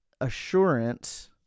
assurance